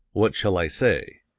what shall i say?